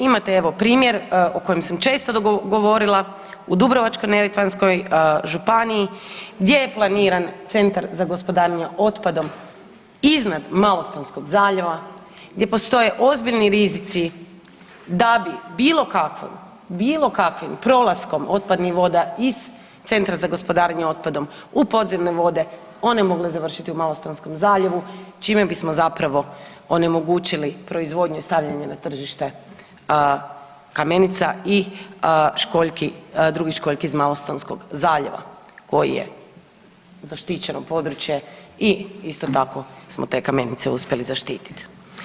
Imate evo primjer o kojem sam često govorila u Dubrovačko-neretvanskoj županiji gdje je planiran Centar za gospodarenje otpadom iznad Malostonskog zaljeva gdje postoje ozbiljni rizici da bi bilo kakvim, bilo kakvim prolaskom otpadnih voda iz Centra za gospodarenje otpadom u podzemne vode one mogle završiti u Malostonskom zaljevu čime bismo zapravo onemogućili proizvodnju i stavljanje na tržište kamenica i školjki, drugih školjki iz Malostonskog zaljeva koji je zaštićeno područje i isto tako smo te kamenice uspjeli zaštitit.